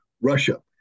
Russia